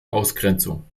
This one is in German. ausgrenzung